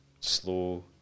slow